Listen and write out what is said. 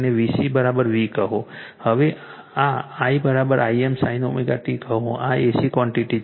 હવે આ I Im sin ωt કહો આ ac ક્વૉન્ટિટી છે